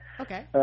Okay